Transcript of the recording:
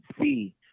see